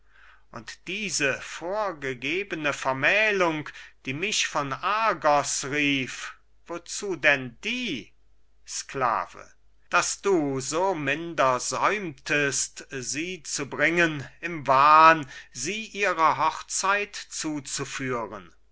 und diese vorgegebene vermählung die mich von argos rief wozu denn die sklave daß du so minder säumtest sie zu bringen im wahn sie ihrer hochzeit zuzuführen